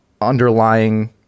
underlying